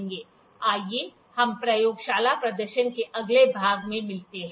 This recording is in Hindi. आइए हम प्रयोगशाला प्रदर्शन के अगले भाग में मिलते हैं